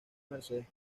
mercedes